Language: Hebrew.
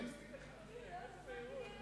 היא לא הספיקה, לא הספקתי להצביע.